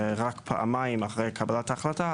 רק פעמיים לאחר קבלת ההחלטה.